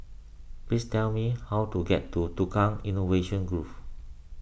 please tell me how to get to Tukang Innovation Grove